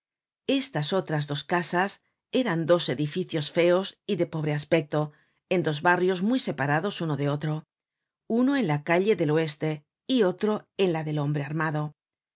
estas otras dos casas eran dos edificios feos y de pobre aspecto en dos barrios muy separados uno de otro uno en la calle del oeste y otro en la del hombre